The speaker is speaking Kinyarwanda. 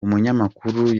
umunyamakuru